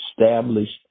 established